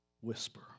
whisper